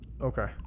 Okay